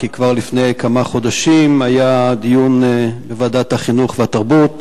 כי כבר לפני כמה חודשים היה דיון בוועדת החינוך והתרבות